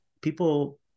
people